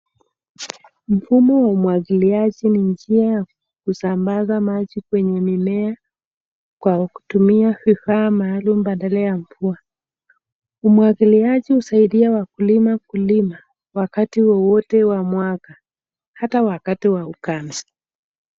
Mfumo wa umwagiliaji ni njia ya kusambaza maji kwenye mimea kwa kutumia vifaa maalum badala ya mvua. Umwagiliaji husaidia wakulima kulima wakati wowote wa mwaka, hata wakati wa ukame.